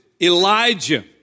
Elijah